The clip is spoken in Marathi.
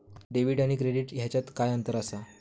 डेबिट आणि क्रेडिट ह्याच्यात काय अंतर असा?